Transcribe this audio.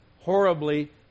horribly